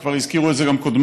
וכבר הזכירו את זה גם קודמיי,